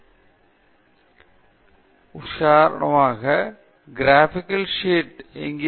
எனவே இது ஒட்டுமொத்த புகைப்படம் மற்றும் நீங்கள் சரியான காட்ட முயற்சி என்ன நெருங்கிய உள்ளது